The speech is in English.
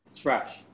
Trash